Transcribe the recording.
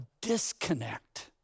disconnect